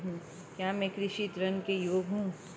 क्या मैं कृषि ऋण के योग्य हूँ?